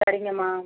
சரிங்கம்மா